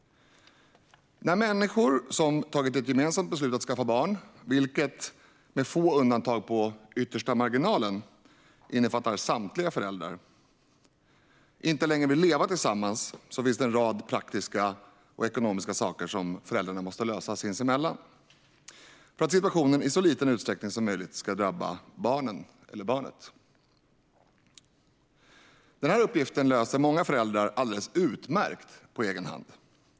När människor som tagit ett gemensamt beslut att skaffa barn, vilket med få undantag på yttersta marginalen innefattar samtliga föräldrar, inte längre vill leva tillsammans finns det en rad praktiska och ekonomiska saker som föräldrarna måste lösa sinsemellan för att situationen i så liten utsträckning som möjligt ska drabba barnen eller barnet. Den här uppgiften löser många föräldrar alldeles utmärkt på egen hand.